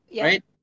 Right